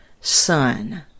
Son